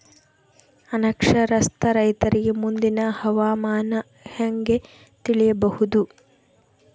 ಅನಕ್ಷರಸ್ಥ ರೈತರಿಗೆ ಮುಂದಿನ ಹವಾಮಾನ ಹೆಂಗೆ ತಿಳಿಯಬಹುದು?